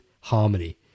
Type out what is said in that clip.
harmony